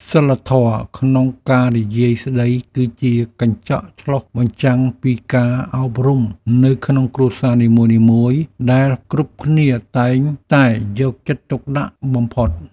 សីលធម៌ក្នុងការនិយាយស្តីគឺជាកញ្ចក់ឆ្លុះបញ្ចាំងពីការអប់រំនៅក្នុងគ្រួសារនីមួយៗដែលគ្រប់គ្នាតែងតែយកចិត្តទុកដាក់បំផុត។